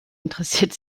interessiert